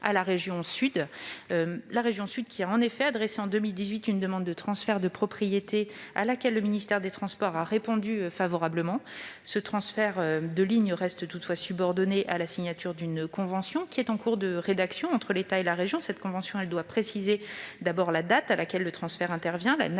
La région Sud a en effet adressé en 2018 une demande de transfert de propriété à laquelle le ministère des transports a répondu favorablement. Le transfert reste toutefois subordonné à la signature d'une convention entre l'État et la région, qui est en cours de rédaction. Cette convention doit préciser la date à laquelle le transfert intervient, la nature